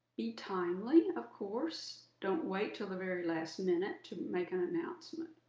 be timely, of course. don't wait till the very last minute to make an announcement.